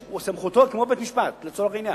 סמכותו כמו בית-משפט לצורך העניין.